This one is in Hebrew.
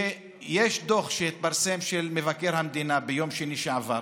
שיש דוח שפרסם מבקר המדינה ביום שני שעבר,